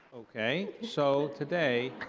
ok. so today,